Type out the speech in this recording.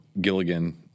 Gilligan